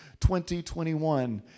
2021